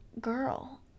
girl